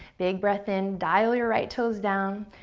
big breath in, dial your right toes down.